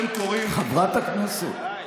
חברת הכנסת.